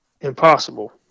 impossible